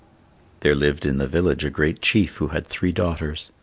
there lived in the village a great chief who had three daughters.